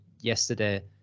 yesterday